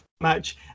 match